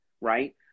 right